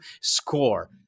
score